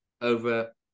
over